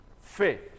faith